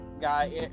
guy